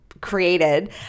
created